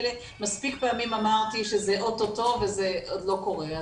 האלה מספיק פעמים אמרתי שזה או-טו-טו וזה עוד לא קורה.